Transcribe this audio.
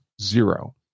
zero